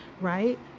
right